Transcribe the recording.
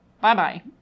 Bye-bye